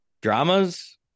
dramas